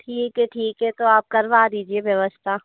ठिक है ठिक है तो आप करवा दीजिए व्यवस्था